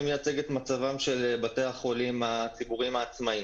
אני מייצג את מצבם של בתי החולים הציבוריים העצמאים.